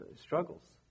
struggles